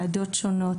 מעדות שונות